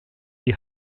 die